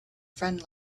friend